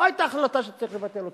לא היתה החלטה שצריך לבטל אותה.